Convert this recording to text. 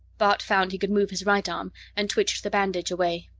bart found he could move his right arm, and twitched the bandage away.